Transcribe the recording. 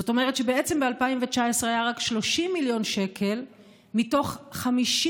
זאת אומרת שבעצם ב-2019 היו רק 30 מיליון שקל מתוך 50